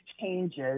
changes